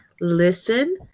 listen